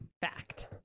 Fact